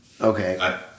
Okay